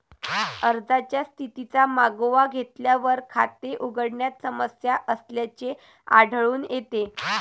अर्जाच्या स्थितीचा मागोवा घेतल्यावर, खाते उघडण्यात समस्या असल्याचे आढळून येते